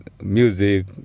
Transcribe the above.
music